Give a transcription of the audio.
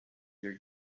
your